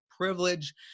privilege